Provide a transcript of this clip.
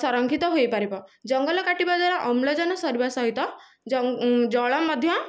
ସଂରକ୍ଷିତ ହୋଇପାରିବ ଜଙ୍ଗଲ କାଟିବା ଦ୍ଵାରା ଅମ୍ଳଜାନ ସରିବା ସହିତ ଜଳ ମଧ୍ୟ